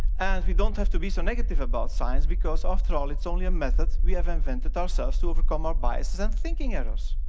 and we don't have to be so negative about science because after all, it's only a method we have invented ourselves to overcome our biases and thinking errors.